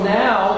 now